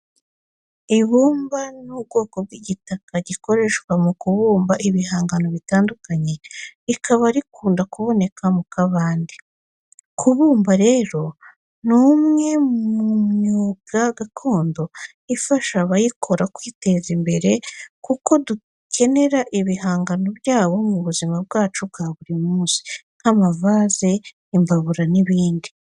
Ibumba ni ubwoko bw'igitaka gikoreshwa mu kubumba ibihangano bitandukanye, rikaba rikunda kuboneka mu kabande. Kubumba rero ni umwe mu myuga gakondo ifasha abayikora kwiteza imbere kuko dukenera ibihangano byabo mu buzima bwacu bwa buri munsi nk'amavaze, imbabura n'ibindi.